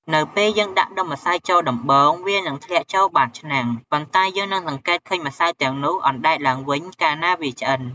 នៅពេលយើងដាក់ដុំម្សៅចូលដំបូង វានឹងធ្លាក់ចូលបាតឆ្នាំង ប៉ុន្តែ យើងនឹងសង្កេតឃើញម្សៅទាំងនោះអណ្តែតឡើង កាលណាវាឆ្អិន។